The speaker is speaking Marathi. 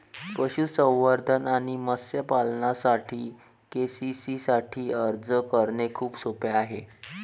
पशुसंवर्धन आणि मत्स्य पालनासाठी के.सी.सी साठी अर्ज करणे खूप सोपे आहे